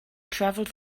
travels